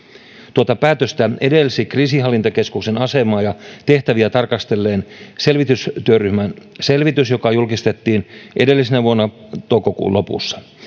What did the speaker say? tuota päätöstä edelsi kriisinhallintakeskuksen asemaa ja tehtäviä tarkastelleen selvitystyöryhmän selvitys joka julkistettiin edellisenä vuonna toukokuun lopussa